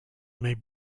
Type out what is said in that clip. may